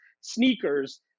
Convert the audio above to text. sneakers